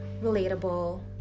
relatable